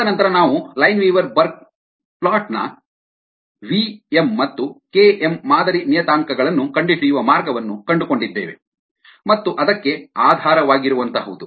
ತದನಂತರ ನಾವು Lineweaver Burk plot ನ v m ಮತ್ತು k m ಮಾದರಿ ನಿಯತಾಂಕಗಳನ್ನು ಕಂಡುಹಿಡಿಯುವ ಮಾರ್ಗವನ್ನು ಕಂಡುಕೊಂಡಿದ್ದೇವೆ ಮತ್ತು ಅದಕ್ಕೆ ಆಧಾರವಾಗಿರುವಂಥಹುದು